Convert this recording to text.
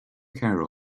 care